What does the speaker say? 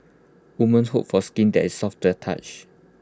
women's hope for skin that is soft to touch